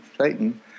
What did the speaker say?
Satan